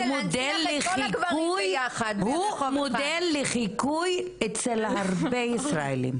הוא מודל לחיקוי אצל הרבה ישראלים.